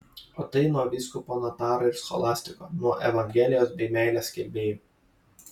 o tai nuo vyskupo notaro ir scholastiko nuo evangelijos bei meilės skelbėjų